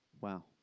Wow